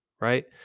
right